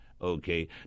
okay